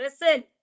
Listen